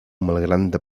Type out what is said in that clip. malgranda